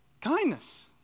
Kindness